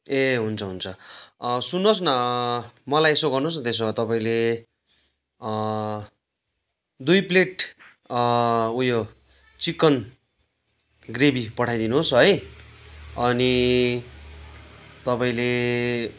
ए हुन्छ हुन्छ सुन्नुहोस् न मलाई यसो गर्नुहोस् न त्यसो भए तपाईँले दुई प्लेट उयो चिकन ग्रेबी पठाइदिनोस् है अनि तपाईँले